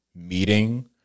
meeting